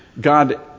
God